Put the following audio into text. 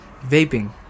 Vaping